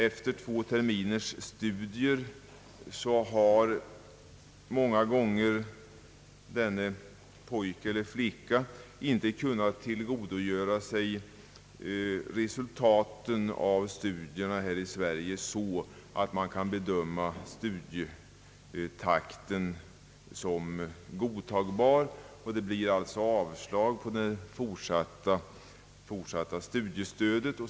Efter två terminers studier har den studerande kanske inte kunnat uppnå sådana studieresultat att studietakten kan bedömas som godtagbar. Han får därför avslag på ansökningen om fortsatt studiestöd.